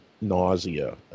nausea